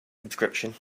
subscription